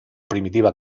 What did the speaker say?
primitiva